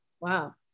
Wow